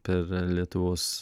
per lietuvos